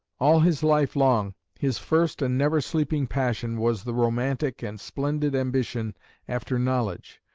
all his life long his first and never-sleeping passion was the romantic and splendid ambition after knowledge,